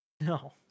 No